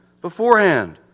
beforehand